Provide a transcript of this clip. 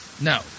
No